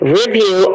review